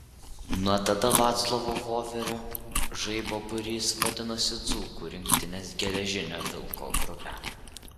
nuo tada vaclovo voverio žaibo būrys vadinosi dzūkų rinktinės geležinio vilko grupe